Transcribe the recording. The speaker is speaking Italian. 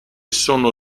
sono